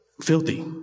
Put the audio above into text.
filthy